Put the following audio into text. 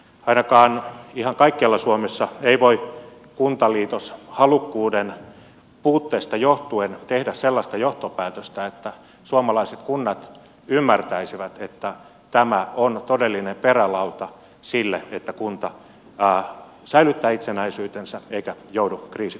ainakaan ihan kaikkialla suomessa ei voi kuntaliitoshalukkuuden puutteesta johtuen tehdä sellaista johtopäätöstä että suomalaiset kunnat ymmärtäisivät että tämä on todellinen perälauta sille että kunta säilyttää itsenäisyytensä eikä joudu kriisikuntamenettelyyn